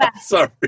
Sorry